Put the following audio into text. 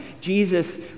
Jesus